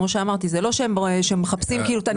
זה לא שהם מחפשים את הניקוטין.